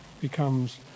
becomes